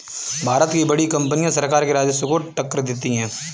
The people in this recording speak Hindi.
भारत की बड़ी कंपनियां सरकार के राजस्व को टक्कर देती हैं